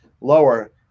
lower